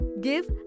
give